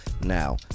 now